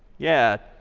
yeah,